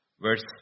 verse